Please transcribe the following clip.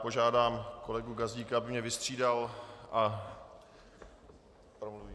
Požádám kolegu Gazdíka, aby mě vystřídal, a promluvím.